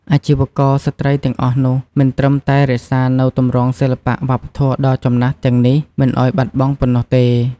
អាជីវករស្រ្តីទាំងអស់នោះ មិនត្រឹមតែរក្សានូវទម្រង់សិល្បៈវប្បធម៌ដ៏ចំណាស់ទាំងនេះមិនឱ្យបាត់បង់ប៉ុណ្ណោះទេ។